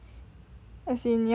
as in 你要